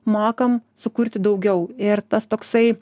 mokam sukurti daugiau ir tas toksai